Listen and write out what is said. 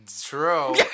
True